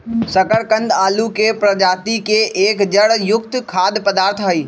शकरकंद आलू के प्रजाति के एक जड़ युक्त खाद्य पदार्थ हई